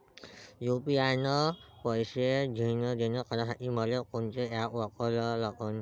UPI न पैशाचं देणंघेणं करासाठी मले कोनते ॲप वापरा लागन?